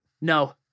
No